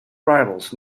rivals